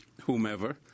whomever